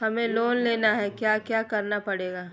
हमें लोन लेना है क्या क्या करना पड़ेगा?